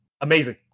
Amazing